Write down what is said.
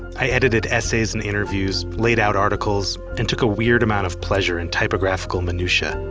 i edited essays and interviews, laid out articles, and took a weird amount of pleasure in typographical minutiae,